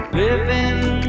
living